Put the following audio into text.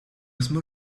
small